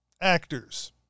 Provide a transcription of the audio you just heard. actors